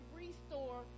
restore